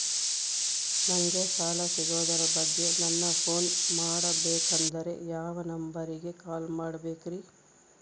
ನಂಗೆ ಸಾಲ ಸಿಗೋದರ ಬಗ್ಗೆ ನನ್ನ ಪೋನ್ ಮಾಡಬೇಕಂದರೆ ಯಾವ ನಂಬರಿಗೆ ಕಾಲ್ ಮಾಡಬೇಕ್ರಿ?